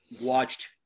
watched